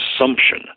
assumption